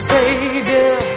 Savior